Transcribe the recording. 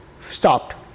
stopped